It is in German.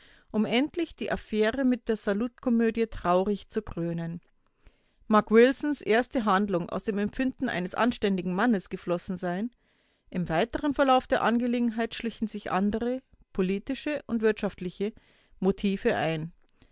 um endlich die affäre mit der salutkomödie traurig zu krönen mag wilsons erste handlung aus dem empfinden eines anständigen mannes geflossen sein im weiteren verlauf der angelegenheit schlichen sich andere politische und wirtschaftliche motive ein